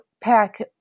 pack